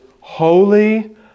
holy